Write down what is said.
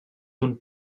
d’un